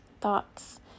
thoughts